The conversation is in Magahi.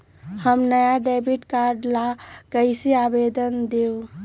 हम नया डेबिट कार्ड ला कईसे आवेदन दिउ?